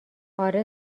آره